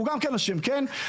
הוא גם כן אשם, כן?